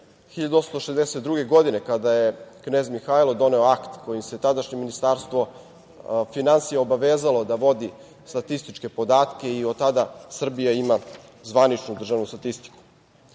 1862. godine, kada je knez Mihailo doneo akt kojim se tadašnje ministarstvo finansija obavezalo da vodi statističke podatke i od tada Srbija ima zvaničnu državnu statistiku. Danas